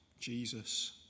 Jesus